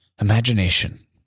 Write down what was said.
Imagination